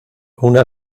una